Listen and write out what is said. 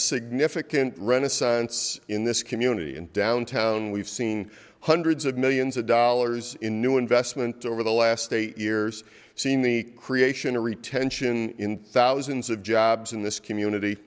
significant renaissance in this community and downtown we've seen hundreds of millions of dollars in new investment over the last eight years seen the creation of retention in thousands of jobs in this community